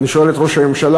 אני שואל את ראש הממשלה,